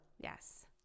Yes